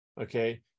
Okay